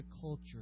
culture